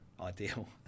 ideal